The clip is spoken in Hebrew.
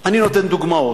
אני נותן דוגמאות: